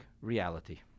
reality